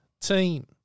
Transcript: team